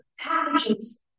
packages